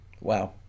Wow